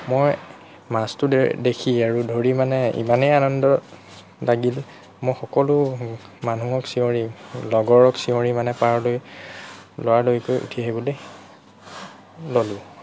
মই মাছটো দে দেখি আৰু ধৰি মানে ইমানেই আনন্দ লাগিল মই সকলো মানুহক চিঞৰি লগৰক চিঞৰি মানে পাৰলৈ লৰালৰিকৈ উঠি আহিবলৈ ল'লোঁ